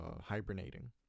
hibernating